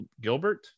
Gilbert